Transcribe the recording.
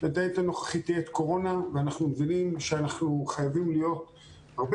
היא עת קורונה ואנחנו מבינים שאנחנו חייבים להיות הרבה